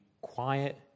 quiet